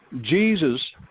Jesus